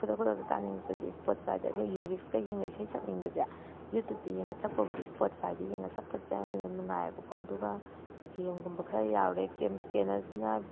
ꯈꯨꯗꯛ ꯈꯨꯗꯛꯇ ꯇꯥꯅꯤꯡꯉꯛꯄꯁꯦ ꯏꯁꯄꯣꯇꯤꯐꯥꯏꯗ ꯑꯗꯒꯤ ꯂꯤꯔꯤꯛꯁꯀ ꯌꯦꯡꯉꯒ ꯏꯁꯩ ꯁꯛꯅꯤꯡꯕꯁꯦ ꯌꯨꯇꯨꯕꯇ ꯌꯦꯡꯉꯒ ꯁꯛꯄꯕꯨꯗꯤ ꯁ꯭ꯄꯣꯇꯤꯐꯥꯏꯗ ꯌꯦꯡꯉꯒ ꯁꯛꯄꯁꯦ ꯑꯩꯅ ꯅꯨꯡꯉꯥꯏꯑꯕꯀꯣ ꯑꯗꯨꯒ ꯒꯦꯝꯒꯨꯝꯕ ꯈꯔ ꯌꯥꯎꯔꯦ ꯀꯦꯝ ꯏꯁꯀꯦꯅꯔꯁꯤꯅ